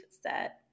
set